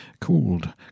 called